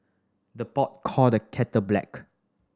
the pot call the kettle black